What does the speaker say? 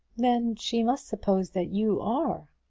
then she must suppose that you are.